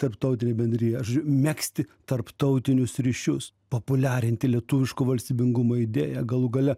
tarptautinę bendriją žodžiu megzti tarptautinius ryšius populiarinti lietuviško valstybingumo idėją galų gale